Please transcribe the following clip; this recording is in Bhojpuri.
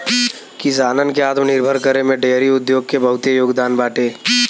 किसानन के आत्मनिर्भर करे में डेयरी उद्योग के बहुते योगदान बाटे